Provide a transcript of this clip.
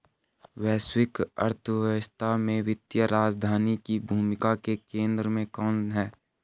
वैश्विक अर्थव्यवस्था में वित्तीय राजधानी की भूमिका के केंद्र में कौन है?